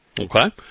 Okay